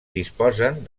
disposen